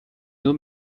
nur